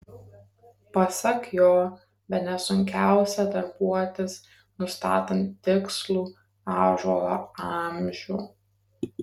pasak jo bene sunkiausia darbuotis nustatant tikslų ąžuolo amžių